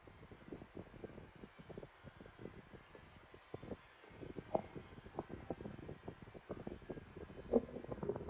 but